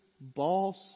boss